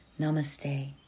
Namaste